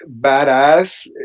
badass